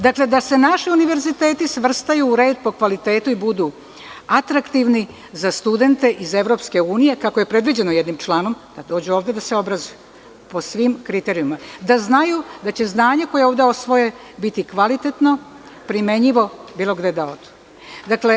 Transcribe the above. Dakle, da se naši univerziteti svrstaju u red po kvalitetu i da budu atraktivni za studente iz EU, kako je predviđeno jednim članom, da dođu ovde da se obrazuju po svim kriterijumima, da znaju da će znanje koje ovde osvoje biti kvalitetno, primenjivo bilo gde da odu.